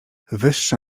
wyższe